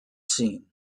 seen